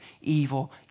evil